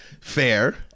Fair